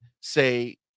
say